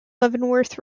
leavenworth